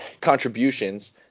contributions